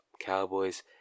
Cowboys